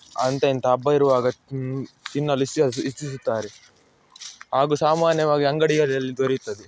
ಅಂತ ಇಂತ ಹಬ್ಬ ಇರುವಾಗ ತಿನ್ನಲು ಇಶ್ಯಸ್ ಇಚ್ಛಿಸುತ್ತಾರೆ ಹಾಗು ಸಾಮಾನ್ಯವಾಗಿ ಅಂಗಡಿಗಳಲ್ಲಿ ದೊರೆಯುತ್ತದೆ